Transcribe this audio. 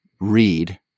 read